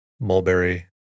mulberry